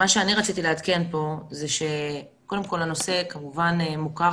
רציתי לעדכן פה הוא שקודם כול הנושא כמובן מוכר